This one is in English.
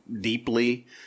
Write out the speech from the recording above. deeply